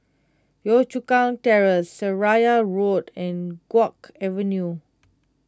Yio Chu Kang Terrace Seraya Road and Guok Avenue